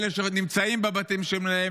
מאלה שנמצאים בבתים שלהם,